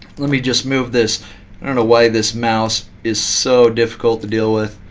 let me just move this. i don't know why this mouse is so difficult to deal with.